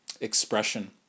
expression